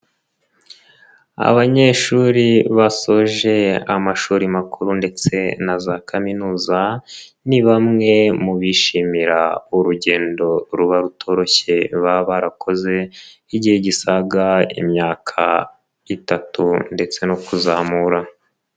Abanyeshuri basoje amashuri makuru ndetse na za kaminuza ni bamwe mu bishimira urugendo ruba rutoroshye baba barakoze igihe gisaga imyaka itatu ndetse no kuzamura.